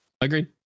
agreed